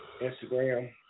Instagram